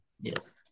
Yes